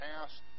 past